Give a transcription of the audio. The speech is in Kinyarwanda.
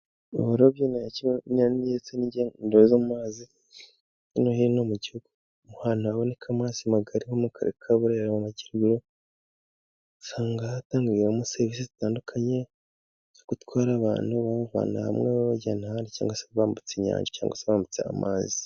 Uburobyi ndetse ni n'ingendo zo mu mazi hirya no hino mu gihugu ahantu haboneka amazi magari, nko mu karere ka Burera mu Majyaruguru usanga hatangwamo serivisi zitandukanye zo gutwara abantu , babavana hamwe babajyana ahandi, cyangwa se babambutse inyanja cyangwa se babambutsa amazi.